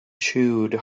chewed